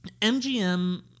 MGM